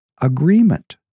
agreement